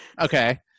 Okay